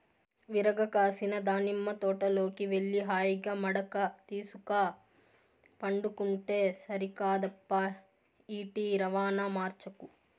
విరగ కాసిన దానిమ్మ తోటలోకి వెళ్లి హాయిగా మడక తీసుక పండుకుంటే సరికాదప్పా ఈటి రవాణా మార్చకు